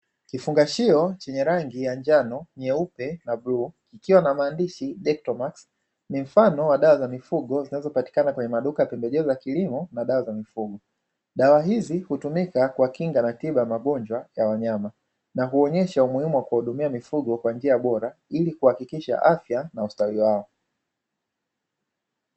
Kifungashio chenye rangi ya njano, nyeupe na bluu kikiwa na maandishi ya (DECTOMAS) ni mfano wa dawa za mifugo zinazopatikana kwenye maduka ya pembejeo za kilimo na dawa za mifugo. Dawa hizi hutumika kuwakinga na tiba ya magonjwa ya wanyama, na huonyesha umuhimu wa kuhudumia mifugo kwa njia bora, ilikuhakikisha afya na ustawi wao.